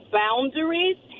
boundaries